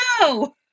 no